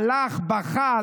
הלך, בכה,